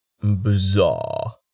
Bizarre